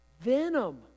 venom